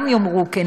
גם הם יאמרו: כן,